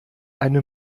eine